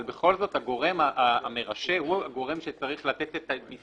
אבל בכל זאת הגורם המרשה הוא הגורם שצריך לתת את המסגרת,